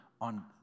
on